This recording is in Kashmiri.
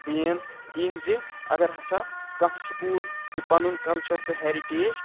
بین دِنۍ زِ اگر ہسا کانٛہہ سکوٗل یہِ پَنُن کَلچَر تہٕ ہیرِٹیج